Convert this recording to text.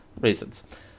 reasons